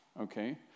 okay